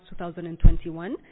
2021